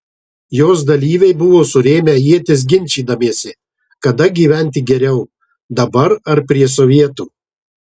jos dalyviai buvo surėmę ietis ginčydamiesi kada gyventi geriau dabar ar prie sovietų